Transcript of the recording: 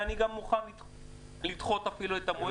ואני גם מוכן לדחות אפילו את המועד.